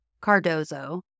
Cardozo